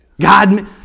God